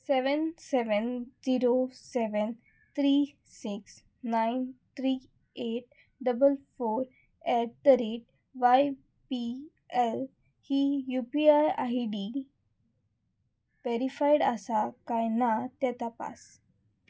seven seven zero seven three six nine three eight double four eight the rate Y P L ही U P I I D verified आसा काय ना तें तपास